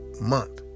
month